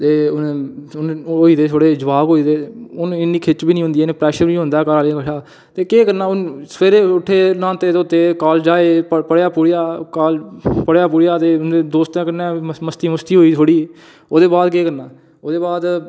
ते हुन हून एह् होई दे थोह्डे़ जबान होई दे हून इन्नी खिच्च बी नेईं होंदी ऐ इन्ना प्रैशर बी निं होंदा घरे आह्ले कशा ते केह् करना हून सवेरे उट्ठे न्हाते धोते कालेज आए पढे़आ पुढे़आ क पढे़आ पुढ़ेआ ते दोस्तें कन्नै मस्ती मुस्ती होई थोह्ड़ी ओह्दे बाद केह् करना ओह्दे बाद